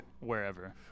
wherever